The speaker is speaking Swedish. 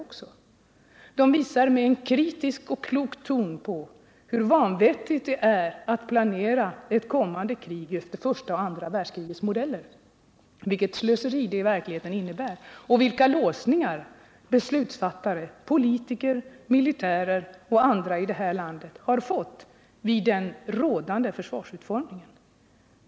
Författarna visar i en kritisk och klok ton hur vanvettigt det är att planera för ett kommande krig efter första och andra världskrigets modeller, vilket slöseri det i verkligheten innebär och vilka låsningar beslutsfattare — politiker, militärer och andra — har fått vid den rådande försvarsutformningen.